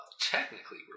technically